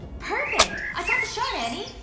perfect! i got the shot, annie!